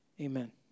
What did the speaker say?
Amen